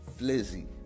Flizzy